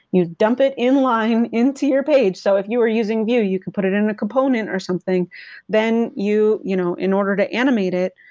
you dump it inline into your page. so if you are using vue, you could put it in a component or something then you, you know in order to animate it,